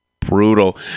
Brutal